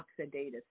oxidative